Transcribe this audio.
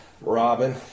Robin